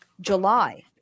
July